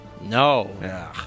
No